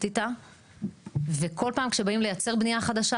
איתה וכל פעם כשבאים לייצר בנייה חדשה,